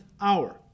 hour